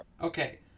Okay